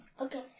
okay